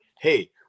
Hey